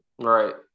Right